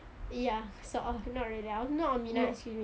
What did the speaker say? ya sort of not really lah not a minah actually